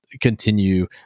continue